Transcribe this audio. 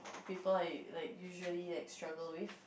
people are like usually like struggle with